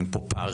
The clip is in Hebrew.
אין פה פערים,